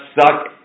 suck